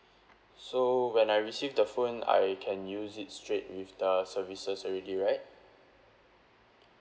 so when I receive the phone I can use it straight with the services already right